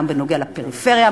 מה בנוגע לפריפריה?